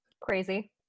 Crazy